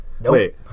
Wait